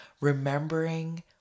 remembering